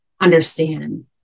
understand